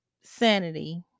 sanity